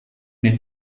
need